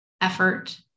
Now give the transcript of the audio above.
effort